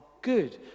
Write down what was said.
good